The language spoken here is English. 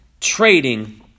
Trading